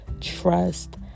trust